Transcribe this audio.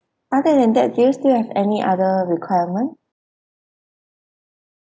other than that do you still have any other requirement